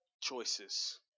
choices